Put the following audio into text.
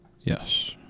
Yes